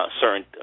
certain